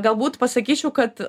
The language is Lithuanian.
galbūt pasakyčiau kad